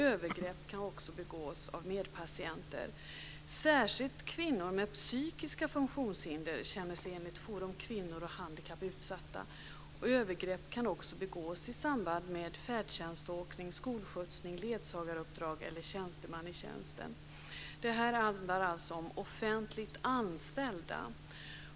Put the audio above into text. Övergrepp kan också begås av medpatienter. Särskilt kvinnor med psykiska funktionshinder känner sig enligt Forum Kvinnor och Handikapp utsatta. Och övergrepp kan också begås i samband med färdtjänståkning, skolskjutsning, ledsagaruppdrag eller tjänsteman i tjänsten. Detta handlar alltså om offentligt anställda.